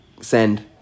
send